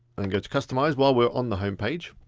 and go to customise while we're on the homepage.